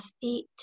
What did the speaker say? feet